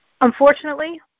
Unfortunately